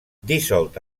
dissolt